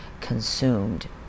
consumed